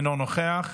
אינו נוכח,